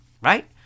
right